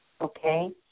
Okay